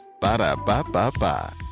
Ba-da-ba-ba-ba